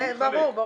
ברור.